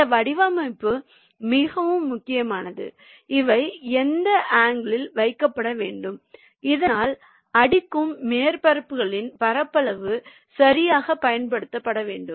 இந்த வடிவமைப்பு மிகவும் முக்கியமானது அவை எந்த ஆங்கில் வைக்கப்பட வேண்டும் இதனால் அடிக்கும் மேற்பரப்புகளின் பரப்பளவு சரியாகப் பயன்படுத்தப்படும்